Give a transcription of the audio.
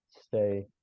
stay